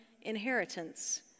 inheritance